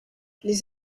les